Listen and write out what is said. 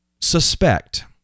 suspect